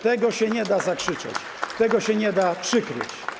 Tego się nie da zakrzyczeć, tego się nie da przykryć.